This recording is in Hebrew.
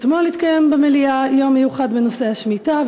אתמול התקיים במליאה יום מיוחד בנושא השמיטה,